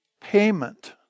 payment